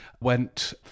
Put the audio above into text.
went